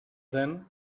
then